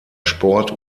sport